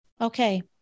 Okay